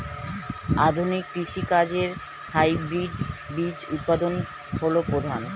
আধুনিক কৃষি কাজে হাইব্রিড বীজ উৎপাদন হল প্রধান